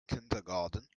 kindergarten